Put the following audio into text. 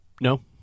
No